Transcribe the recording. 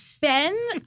Ben